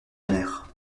air